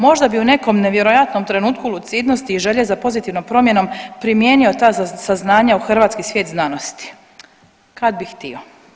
Možda bi u nekom nevjerojatnom trenutku lucidnosti i želje za pozitivnom promjenom primijenio ta saznanja u hrvatski svijet znanosti kad bi htio.